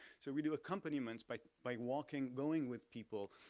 so we do accompaniments by by walking, going with people,